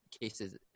cases